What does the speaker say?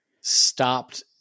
stopped